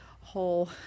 whole